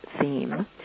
theme